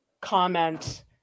comment